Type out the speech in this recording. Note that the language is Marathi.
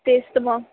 तेच तर मग